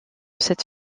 cette